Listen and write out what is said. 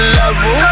level